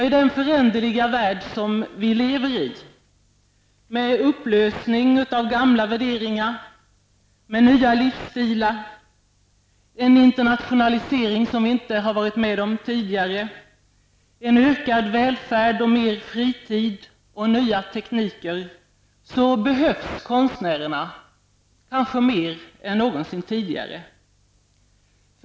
I den föränderliga värld som vi lever i, med upplösning av gamla värderingar, nya livsstilar, en internationalisering som vi inte har varit med om tidigare, en ökad välfärd, mer fritid och nya tekniker, behövs konstnärerna kanske mer än någonsin tidigare.